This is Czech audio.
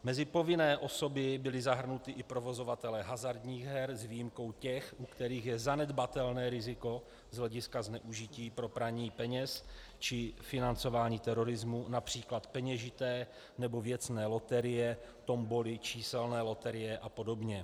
Mezi povinné osoby byli zahrnuti i provozovatelé hazardních her s výjimkou těch, u kterých je zanedbatelné riziko z hlediska zneužití pro praní peněz či financování terorismu, např. peněžité nebo věcné loterie, tomboly, číselné loterie apod.